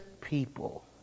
people